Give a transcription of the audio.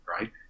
right